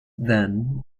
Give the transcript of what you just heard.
then